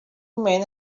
men